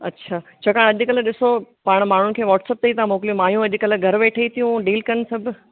अच्छा छाकाणि अॼुकल्ह ॾिसो पाण माण्हुनि खे वाट्सअप ते ई था मोकिलियूं मायूं अॼुकल्ह घर वेठे ई थियूं डील कनि सभु